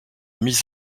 mis